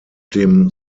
dem